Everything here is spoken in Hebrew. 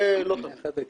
לא תמיד.